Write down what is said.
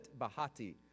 Bahati